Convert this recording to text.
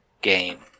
game